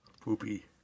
poopy